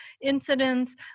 incidents